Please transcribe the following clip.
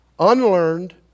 unlearned